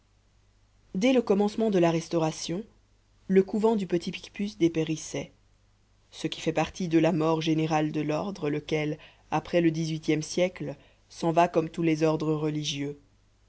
dès le commencement de la restauration le couvent du petit picpus dépérissait ce qui fait partie de la mort générale de l'ordre lequel après le dix-huitième siècle s'en va comme tous les ordres religieux